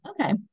okay